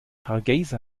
hargeysa